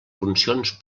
funcions